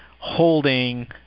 holding